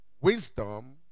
Wisdom